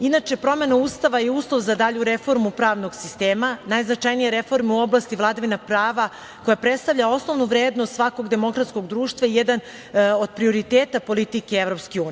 Inače, promena Ustava je uslov za dalju reformu pravnog sistema, najznačajniju reformu u oblasti vladavine prava koja predstavlja osnovnu vrednost svakog demokratskog društva, jedan od prioriteta politike EU.